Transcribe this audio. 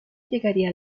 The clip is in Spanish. llegaría